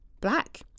black